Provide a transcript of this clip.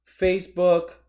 Facebook